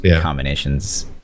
combinations